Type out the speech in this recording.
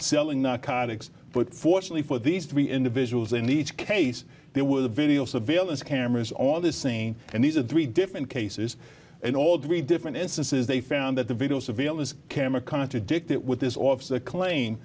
selling narcotics but fortunately for these three individuals in each case there was a video surveillance cameras all the same and these are three different cases in all three different instances they found that the video surveillance camera contradict it with this officer clane